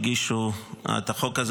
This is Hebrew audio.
שהגישו את הצעת החוק הזו,